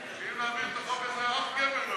כי אם נעביר את החוק הזה, אף גבר לא